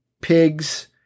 pigs